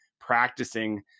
practicing